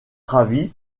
grâce